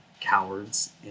cowards